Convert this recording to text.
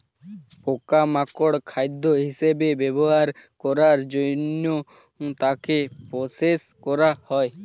পোকা মাকড় খাদ্য হিসেবে ব্যবহার করার জন্য তাকে প্রসেস করা হয়